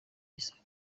gisaka